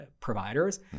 providers